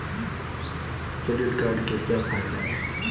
Credit card के क्या फायदे हैं?